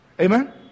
Amen